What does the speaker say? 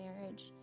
marriage